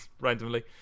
randomly